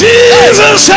Jesus